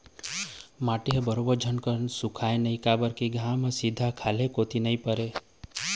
माटी ह बरोबर झटकुन सुखावय नइ काबर के घाम ह सीधा खाल्हे कोती नइ परय